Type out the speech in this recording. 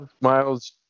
Miles